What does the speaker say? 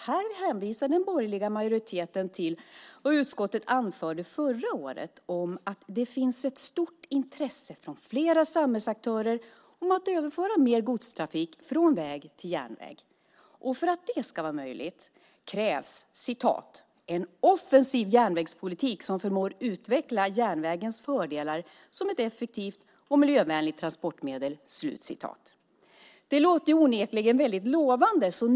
Här hänvisar den borgerliga majoriteten till vad utskottet anförde förra året om att det finns ett stort intresse från flera samhällsaktörer att överföra mer godstrafik från väg till järnväg. För att det ska vara möjligt krävs "en offensiv järnvägspolitik som förmår utveckla järnvägens fördelar som ett effektivt och miljövänligt transportmedel". Det låter onekligen väldigt lovande.